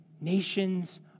Nations